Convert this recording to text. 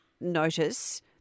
notice